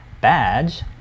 badge